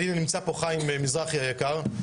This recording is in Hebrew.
הנה נמצא פה חיים מזרחי היקר,